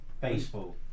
Baseball